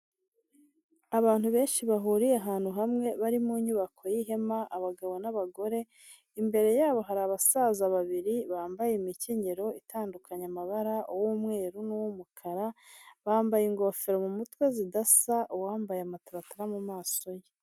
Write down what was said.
Abantu benshi bahuriye ahantu hamwe bari mu nyubako y'ihema abagabo n'abagore, imbere yabo hari abasaza babiri bambaye imikenyero itandukanya amabara uw'umweru n'uw'umukara, bambaye ingofero mu mutwe zidasa, uwambaye amataratara mu maso ye.